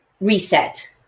reset